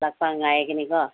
ꯂꯥꯛꯄ ꯉꯥꯏꯒꯅꯤꯀꯣ